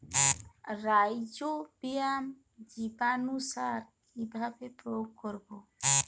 Rhizobium জীবানুসার কিভাবে প্রয়োগ করব?